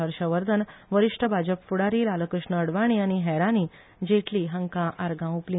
हर्षवर्धन वरिष्ठ भाजप फुडारी लालकृष्ण अडवाणी आनी हेरांनी जेटली हांका आर्गा ओपली